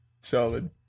Solid